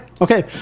Okay